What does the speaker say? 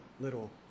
little